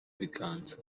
ibiganza